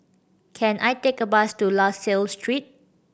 can I take a bus to La Salle Street